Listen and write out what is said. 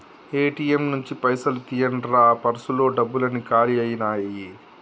ATM నుంచి పైసలు తీయండ్రా పర్సులో డబ్బులన్నీ కాలి అయ్యినాయి